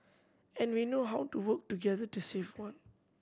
and we know how to work together to save one